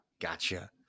Gotcha